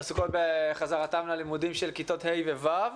עוסקות בחזרתם ללימודים של כיתות ה' ו-ו'.